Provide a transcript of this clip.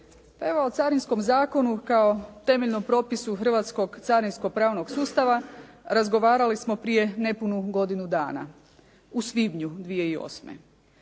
Pa evo o Carinskom zakonu kao temeljnom propisu hrvatskog carinskog pravnog sustava, razgovarali smo prije nepunu godinu dana, u svibnju 2008.